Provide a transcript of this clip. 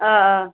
آ آ